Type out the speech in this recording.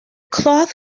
cloth